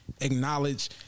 acknowledge